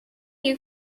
you